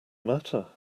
matter